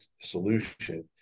solution